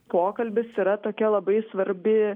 pokalbis yra tokia labai svarbi